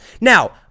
Now